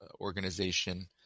organization